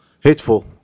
Hateful